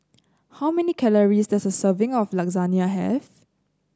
how many calories does a serving of Lasagne have